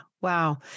Wow